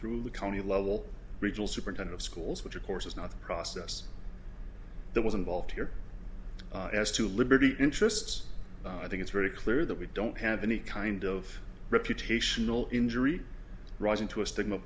through the county level regional superintendent of schools which of course is not the process that was involved here as to liberty interests i think it's very clear that we don't have any kind of reputational injury rising to a stigma